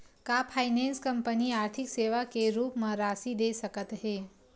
का finance company आर्थिक सेवा के रूप म राशि दे सकत हे?